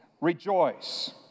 rejoice